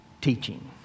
teaching